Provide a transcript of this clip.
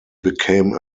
became